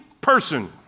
person